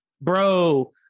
Bro